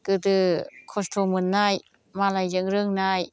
गोदो खस्थ' मोननाय मालायजों रोंनाय